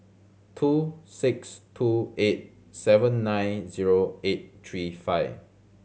two six two eight seven nine zero eight three five